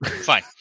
fine